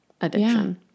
addiction